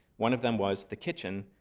one of them was the kitchen,